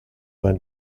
vingt